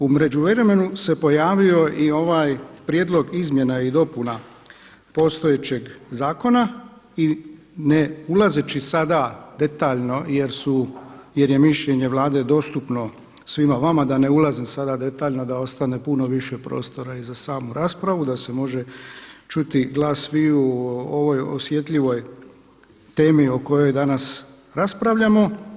U međuvremenu se pojavio i ovaj prijedlog izmjena i dopuna postojećeg zakona i ne ulazeći sada detaljno jer je mišljenje Vlade dostupno svima vama da ne ulazim sada detaljno da ostane puno više prostora i za samu raspravu, da se može čuti glas sviju o ovoj osjetljivoj temi o kojoj danas raspravljamo.